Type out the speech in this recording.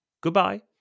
Goodbye